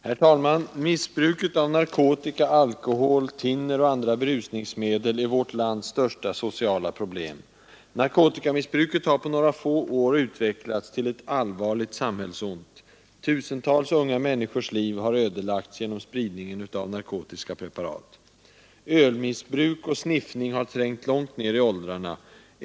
Herr talman! Missbruk av narkotika, alkohol, thinner och andra berusningsmedel är vårt lands största sociala problem. Narkotikamissbruket har på några få år utvecklats till ett allvarligt samhällsont. Tusentals unga människors liv har ödelagts genom spridningen av narkotikapreparat. Ölmissbruk och sniffning har trängt långt ner i åldrarna.